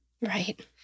Right